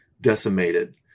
decimated